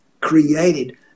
created